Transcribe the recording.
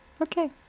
Okay